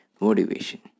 motivation